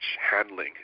handling